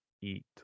eat